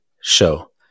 show